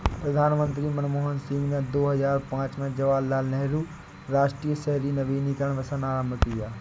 प्रधानमंत्री मनमोहन सिंह ने दो हजार पांच में जवाहरलाल नेहरू राष्ट्रीय शहरी नवीकरण मिशन आरंभ किया